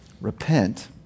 Repent